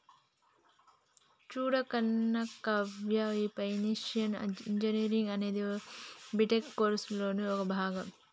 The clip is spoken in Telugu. చూడు కనకవ్వ, ఈ ఫైనాన్షియల్ ఇంజనీరింగ్ అనేది బీటెక్ కోర్సులలో ఒక భాగం